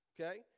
okay